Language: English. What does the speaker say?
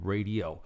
Radio